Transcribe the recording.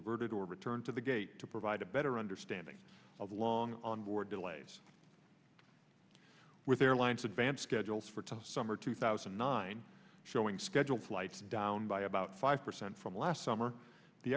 diverted or returned to the gate to provide a better understanding of long on board delays with airlines advance schedules for to summer two thousand and nine showing scheduled flights down by about five percent from last summer the